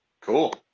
Cool